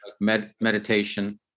meditation